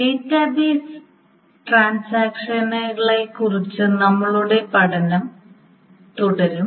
database ഇടപാടുകളെക്കുറിച്ചുള്ള നമ്മളുടെ പഠനം നമ്മൾ തുടരും